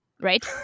right